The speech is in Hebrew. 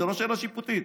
זאת לא שאלה שיפוטית.